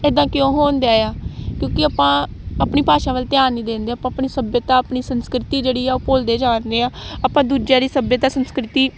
ਇੱਦਾਂ ਕਿਉਂ ਹੋਣ ਦਿਆ ਆ ਕਿਉਂਕਿ ਆਪਾਂ ਆਪਣੀ ਭਾਸ਼ਾ ਵੱਲ ਧਿਆਨ ਨਹੀਂ ਦੇਣ ਦੇ ਆਪਾਂ ਆਪਣੀ ਸੱਭਿਅਤਾ ਆਪਣੀ ਸੰਸਕ੍ਰਿਤੀ ਜਿਹੜੀ ਆ ਉਹ ਭੁੱਲਦੇ ਜਾਣ ਦੇ ਹਾਂ ਆਪਾਂ ਦੂਜਿਆਂ ਦੀ ਸੱਭਿਅਤਾ ਸੰਸਕ੍ਰਿਤੀ